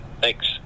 Thanks